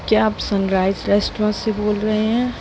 क्या आप Sunrise restaurant से बोल रहें हैं